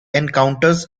encounters